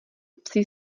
psí